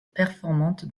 performante